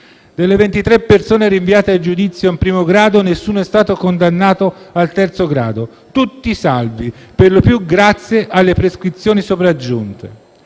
Delle 23 persone rinviate a giudizio in primo grado, nessuno è stato condannato in terzo grado: tutti salvi, perlopiù grazie alle prescrizioni sopraggiunte;